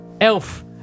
elf